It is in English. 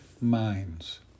Minds